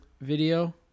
video